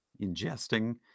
ingesting